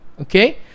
okay